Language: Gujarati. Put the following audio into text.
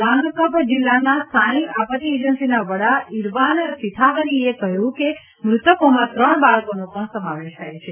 લાંગકપ જિલ્લાના સ્થાનિક આપત્તિ એજન્સીના વડા ઇરવાન સિથાહરીએ કહ્યું છે કે મૃતકોમાં ત્રણ બાળકોનો પણ સમાવેશ થાય છે